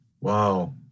Wow